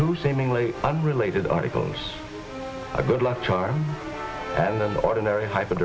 two seemingly unrelated articles a good luck charm and an ordinary hyp